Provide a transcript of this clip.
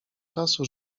czasu